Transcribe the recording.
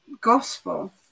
gospel